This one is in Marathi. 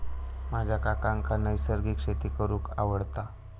माझ्या काकांका नैसर्गिक शेती करूंक आवडता